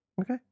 Okay